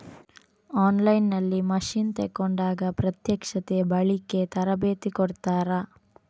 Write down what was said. On line ನಲ್ಲಿ machine ತೆಕೋಂಡಾಗ ಪ್ರತ್ಯಕ್ಷತೆ, ಬಳಿಕೆ, ತರಬೇತಿ ಕೊಡ್ತಾರ?